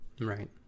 Right